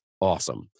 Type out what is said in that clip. awesome